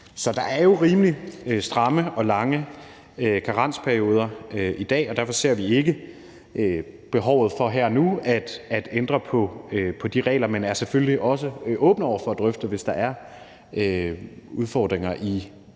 Så der er jo rimelig stramme og lange karensperioder i dag, og derfor ser vi ikke behovet for her og nu at ændre på de regler. Men vi er selvfølgelig også åbne over for at drøfte, hvis der er udfordringer eller